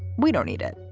we don't need it